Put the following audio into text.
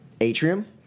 atrium